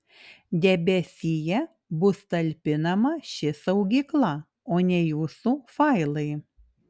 debesyje bus talpinama ši saugykla o ne jūsų failai